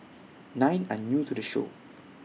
nine are new to the show